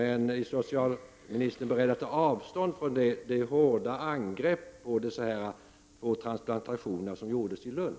Är socialministern beredd att ta avstånd från detta angrepp mot att två transplantationer gjordes i Lund?